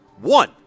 one